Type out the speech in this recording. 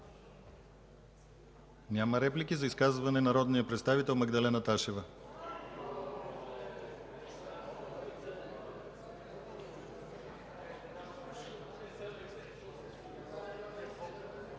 Няма реплики. За изказване – народният представител Магдалена Ташева.